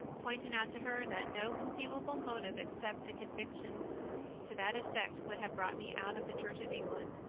pointing out to her that no conceivable motive except the conviction to that effect would have brought me out of the church of england.